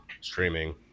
streaming